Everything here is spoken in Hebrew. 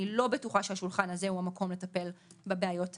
אני לא בטוחה שהשולחן הזה הוא המקום לטפל בבעיות האלה.